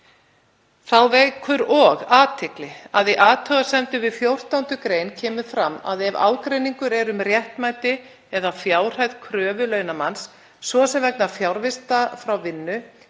Þá vekur og athygli að í athugasemdum við 14. gr. kemur fram að ef ágreiningur er um réttmæti eða fjárhæð kröfu launamanns, svo sem vegna fjarvista frá vinnu,